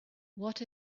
what